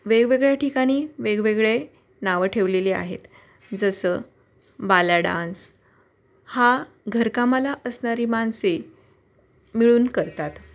वेगवेगळ्या ठिकाणी वेगवेगळे नावं ठेवलेली आहेत जसं बाल्या डान्स हा घरकामाला असणारी माणसे मिळून करतात